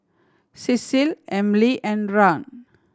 Cecile Emely and Rahn